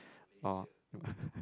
or